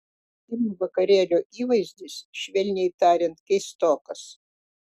kim vakarėlio įvaizdis švelniai tariant keistokas